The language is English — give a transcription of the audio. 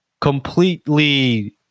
completely